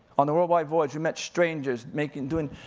on a worldwide voyage, we met strangers, making, doing,